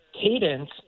cadence